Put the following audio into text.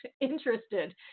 interested